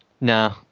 No